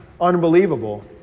unbelievable